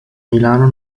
milano